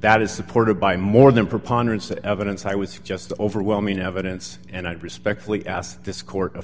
that is supported by more than preponderance of evidence i was just overwhelming evidence and i respectfully asked this court